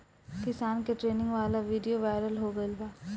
किसान के ट्रेनिंग वाला विडीओ वायरल हो गईल बा